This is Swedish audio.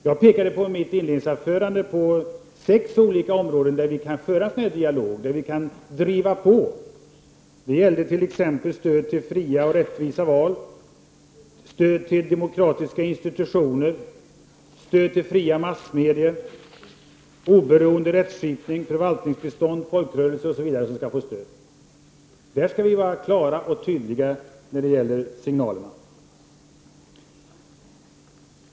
Jag pekade i mitt inledningsanförande på sex olika områden där vi kan föra en dialog och driva på utvecklingen. Det gällde t.ex. stöd till fria och rättvisa val, demokratiska institutioner, fria massmedier, oberoende rättskipning, och bistånd till förvaltning och folkrörelser osv. På dessa områden skall vi vara klara och tydliga i våra signaler.